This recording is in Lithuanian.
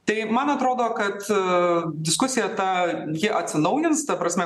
tai man atrodo kad diskusija ta ji atsinaujins ta prasme